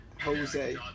Jose